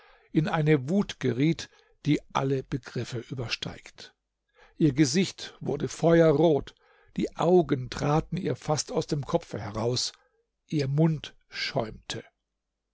in eine wut geriet die alle begriffe übersteigt ihr gesicht wurde feuerrot die augen traten ihr fast aus dem kopfe heraus ihr mund schäumte